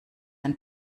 ein